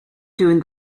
doing